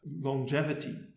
longevity